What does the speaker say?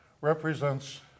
represents